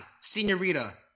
Senorita